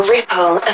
Ripple